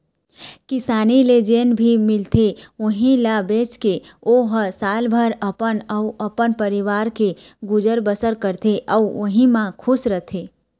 किसानी ले जेन भी मिलथे उहीं ल बेचके ओ ह सालभर अपन अउ अपन परवार के गुजर बसर करथे अउ उहीं म खुस रहिथे